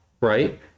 right